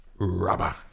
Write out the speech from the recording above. rubber